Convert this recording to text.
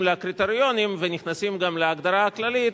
לקריטריונים ונכנסים גם להגדרה הכללית,